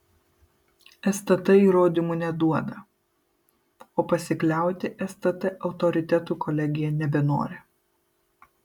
stt įrodymų neduoda o pasikliauti stt autoritetu kolegija nebenori